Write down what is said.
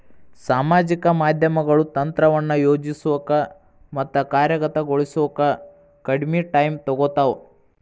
ಸಾಮಾಜಿಕ ಮಾಧ್ಯಮಗಳು ತಂತ್ರವನ್ನ ಯೋಜಿಸೋಕ ಮತ್ತ ಕಾರ್ಯಗತಗೊಳಿಸೋಕ ಕಡ್ಮಿ ಟೈಮ್ ತೊಗೊತಾವ